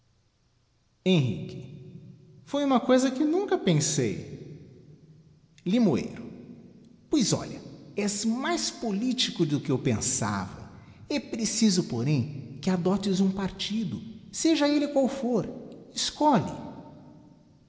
henrique foi coisa em que nunca pensei limoeiro pois olha és mais politico do que eu pensava e preciso porém que adoptes um partido seja elle qual for escolhe